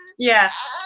yeah,